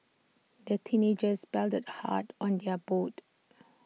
the teenagers paddled hard on their boat